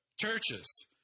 churches